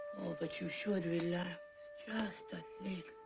but you should relax just a